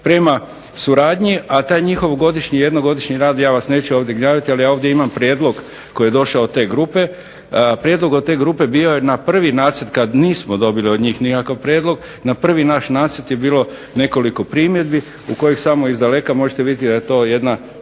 prema suradnji, a taj njihov godišnji, jednogodišnji rad ja vas neću ovdje gnjaviti, ali ja ovdje imam prijedlog koji je došao te grupe. Prijedlog od te grupe bio je na prvi nacrt, kad nismo dobili od njih nikakav prijedlog, na prvi naš nacrt je bilo nekoliko primjedbi, u kojih samo izdaleka možete vidjeti da je to jedna